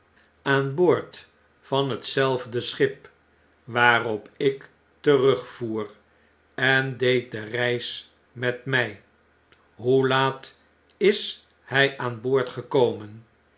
aan boord van hetzelfde schip waarop ik terugvoer en deed de reis met mij hoe laat is hij aan boord gekomen